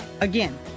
Again